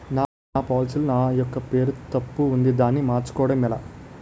నా పోలసీ లో నా యెక్క పేరు తప్పు ఉంది దానిని మార్చు కోవటం ఎలా?